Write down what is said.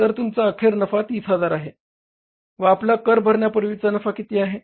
तर तुमचा अखेर नफा 30000 आहे व आपला कर भरण्यापूर्वीचा नफा किती आहे